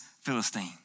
Philistine